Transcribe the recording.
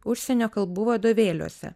užsienio kalbų vadovėliuose